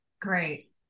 Great